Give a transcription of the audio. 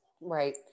right